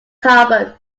carbon